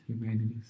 Humanities